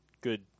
good